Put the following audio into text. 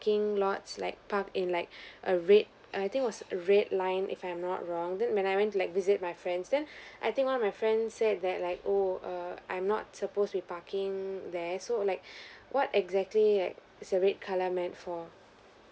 lot like parked in like a red I think was a red line if I'm not wrong then when I went to like visit my friends then I think one of my friend said that like oh err I'm not supposed be parking there so like what exactly like the red colour meant for